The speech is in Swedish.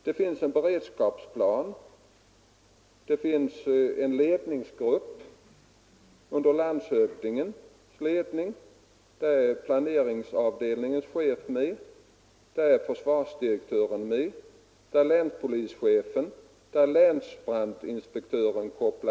Det finns en beredskapsplan, och det finns en ledningsgrupp underställd landshövdingen. I den deltar planeringsavdelningens chef, försvarsdirektören, länspolischefen och länsbrandinspektören.